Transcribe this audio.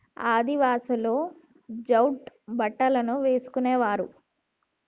ఆదివాసులు జూట్ బట్టలను వేసుకునేవారు